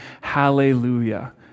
hallelujah